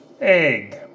egg